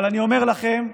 אבל אני אומר לכם,